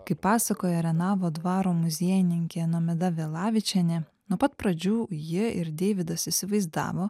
kaip pasakoja renavo dvaro muziejininkė nomeda vėlavičienė nuo pat pradžių jie ir deividas įsivaizdavo